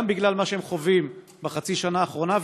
גם בגלל מה שהם חווים בחצי השנה האחרונה,